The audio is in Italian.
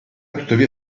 tuttavia